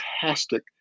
fantastic